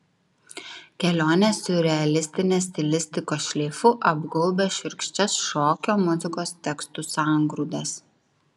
kelionė siurrealistinės stilistikos šleifu apgaubia šiurkščias šokio muzikos tekstų sangrūdas